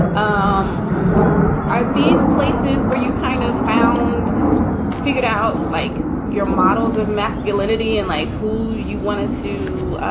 um are these places where you kind of found figured out like your models of masculinity and like who you wanted to,